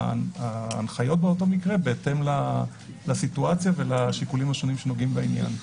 ההנחיות באותו מקרה בהתאם לסיטואציה ולשיקולים השונים שנוגעים בעניין.